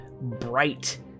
bright